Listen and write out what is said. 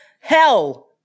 hell